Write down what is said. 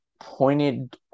pointed